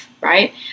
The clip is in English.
Right